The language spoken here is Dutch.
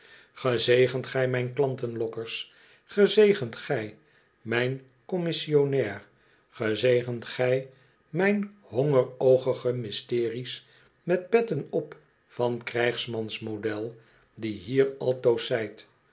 gezegend gij mijn klantenlokkers gezegend gij mijn commissionair gezegend gij mijn honger oogige mysteries met petten op van krijgsmansmodel die hier